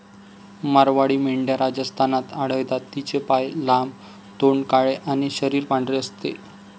मारवाडी मेंढ्या राजस्थानात आढळतात, तिचे पाय लांब, तोंड काळे आणि शरीर पांढरे असते